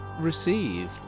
received